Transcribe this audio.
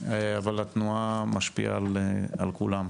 אבל התנועה משפיעה על כולם.